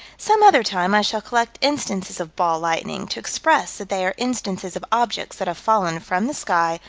some other time i shall collect instances of ball lightning, to express that they are instances of objects that have fallen from the sky,